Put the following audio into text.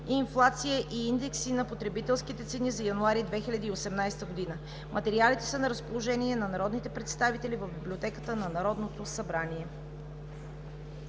инфлация и индекси на потребителските цени за месец януари 2018 г. Материалите са на разположение на народните представители в Библиотеката на Народното събрание.